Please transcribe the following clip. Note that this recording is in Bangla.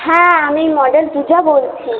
হ্যাঁ আমি মডেল পূজা বলছি